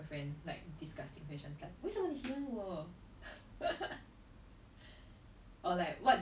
but she was totally trying I don't know she told me like she applied for like a bubble tea jobs